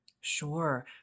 Sure